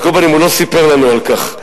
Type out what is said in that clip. על כל פנים, הוא לא סיפר לנו על כך.